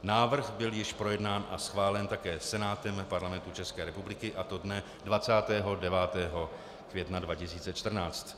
Návrh byl již projednán a schválen také Senátem Parlamentu České republiky, a to dne 29. května 2014.